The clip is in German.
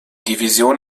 division